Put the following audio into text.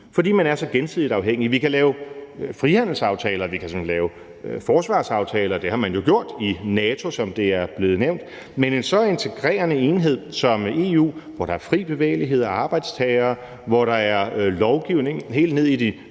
fordi man er så gensidigt afhængige. Vi kan lave frihandelsaftaler, vi kan lave forsvarsaftaler, det har man jo gjort i NATO, som det er blevet nævnt, men hvad angår en så integrerende enhed som EU, hvor der er fri bevægelighed og arbejdstagere, hvor der er lovgivning helt ned i de